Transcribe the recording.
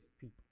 people